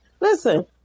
Listen